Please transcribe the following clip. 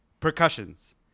percussions